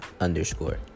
underscore